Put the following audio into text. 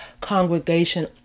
congregation